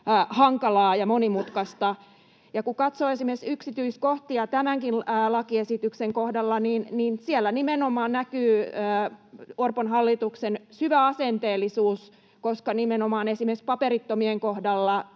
hankalaa ja monimutkaista. Kun katsoo esimerkiksi yksityiskohtia tämänkin lakiesityksen kohdalla, siellä nimenomaan näkyy Orpon hallituksen syvä asenteellisuus: nimenomaan esimerkiksi paperittomien kohdalla